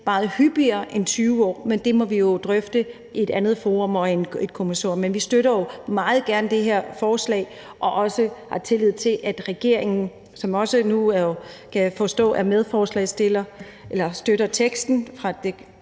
meget hyppigere end hvert 20. år. Men det må vi jo drøfte i et andet forum og i et kommissorium. Men vi støtter jo meget gerne det her forslag og har også tillid til, at vi sammen med regeringen – som også, kan jeg forstå, støtter teksten fra